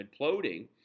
imploding